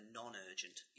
non-urgent